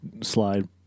slide